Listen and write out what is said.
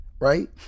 right